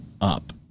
up